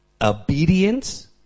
obedience